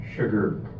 Sugar